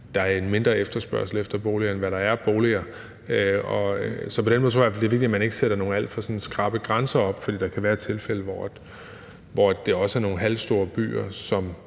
er en mindre efterspørgsel efter boliger, end hvad der er af boliger. Så på den måde tror jeg, det er vigtigt, at man ikke sætter nogle alt for skarpe grænser op, for der kan være tilfælde, hvor det er også nogle store halvstore byer,